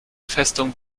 festung